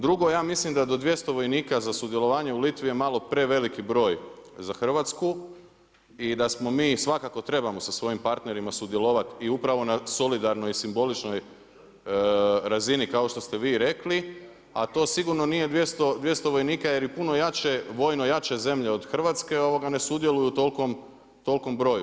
Drugo, ja mislim da do 200 vojnika za sudjelovanje u Litvi je malo preveliki broj za Hrvatsku i da mi svakako trebamo sa svojim partnerima sudjelovati i upravo na solidarnoj i simboličnoj razini kao što ste vi i rekli, a to sigurno nije 200 vojnika jer i puno jače, vojno jače zemlje od Hrvatske ne sudjeluju u tolikom broju.